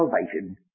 salvation